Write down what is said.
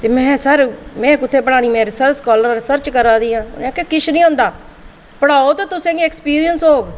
ते में सर में कुत्थें पढ़ानी में रिसर्च स्कॉलर रिसर्च करां दी आं उ'नें आखेआ किश निं होंदा पढ़ाओ ते तुसेंगी एक्सपीरियंस होग